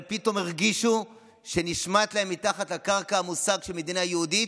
אבל פתאום הרגישו שנשמט להם מתחת הקרקע המושג "מדינה יהודית",